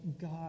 God